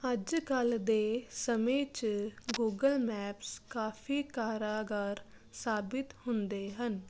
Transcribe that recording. ਅੱਜ ਕੱਲ੍ਹ ਦੇ ਸਮੇਂ ਚ ਗੂਗਲ ਮੈਪਸ ਕਾਫੀ ਕਾਰਾਗਾਰ ਸਾਬਿਤ ਹੁੰਦੇ ਹਨ